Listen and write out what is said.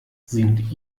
singt